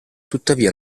tuttavia